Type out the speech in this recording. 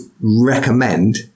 recommend